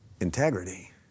integrity